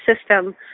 system